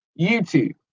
YouTube